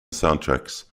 soundtracks